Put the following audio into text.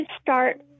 start